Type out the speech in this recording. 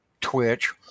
Twitch